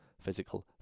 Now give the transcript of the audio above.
physical